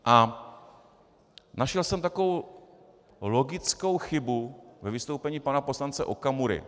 A našel jsem takovou logickou chybu ve vystoupení pana poslance Okamury.